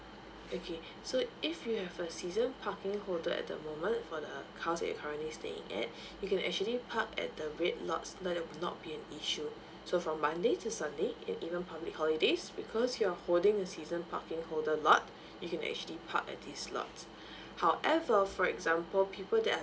okay so if you have a season parking holder at the moment for the house that you're currently staying at you can actually park at the red lots let it not be an issue so from monday to sunday and even public holidays because you're holding a season parking holder lot you can actually park at these lots however for example people that are